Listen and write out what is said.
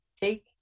Take